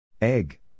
Egg